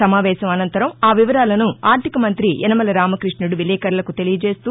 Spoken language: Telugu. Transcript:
సమావేశం అనంతరం ఆవివరాలను ఆర్టిక మంతి యనమల రామకృష్ణుడు విలేకర్లకు తెలియజేస్తూ